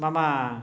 मम